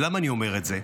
ולמה אני אומר את זה?